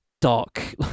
Dark